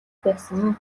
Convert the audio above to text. байсан